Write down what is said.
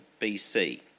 BC